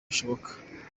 bishoboka